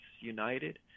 united